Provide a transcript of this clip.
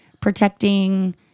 protecting